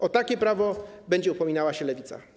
O takie prawo będzie upominała się Lewica.